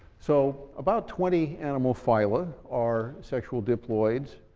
so about twenty animal phyla are sexual diploids.